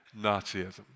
Nazism